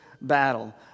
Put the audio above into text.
battle